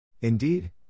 Indeed